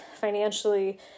financially